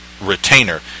retainer